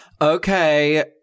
Okay